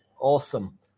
Awesome